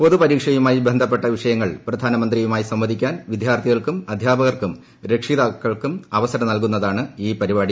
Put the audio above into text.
പൊതുപരീക്ഷയുമായി ബന്ധപ്പെട്ട വിഷയങ്ങൾ പ്രധാന മന്ത്രിയുമായി സംവദിക്കാൻ വിദ്യാർത്ഥികൾക്കും അധ്യാപകർക്കും രക്ഷിതാക്കൾക്കും അവസരം നൽകുന്നതാണ് ഈ പരിപാടി